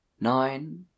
Nine